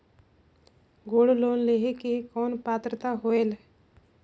Gold loan लेहे के कौन पात्रता होएल?